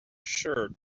sure